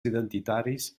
identitaris